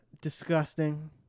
Disgusting